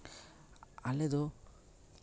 ᱟᱞᱮ ᱫᱚ